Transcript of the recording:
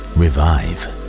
revive